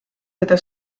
teda